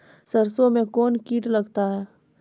सरसों मे कौन कीट लगता हैं?